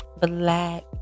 black